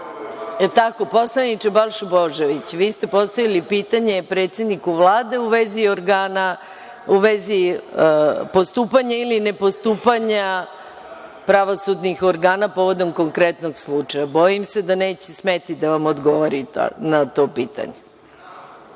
pritisak. Poslaniče Božoviću, vi ste postavili pitanje predsedniku Vlade u vezi postupanja ili ne postupanja pravosudnih organa povodom konkretnog slučaja. Bojim se da neće smeti da vam odgovori na to pitanje.(Balša